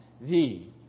Thee